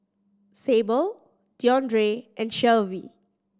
Sable Deondre and Shelvie